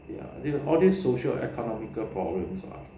all this social economical problems lah